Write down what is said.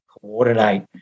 coordinate